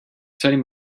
sitting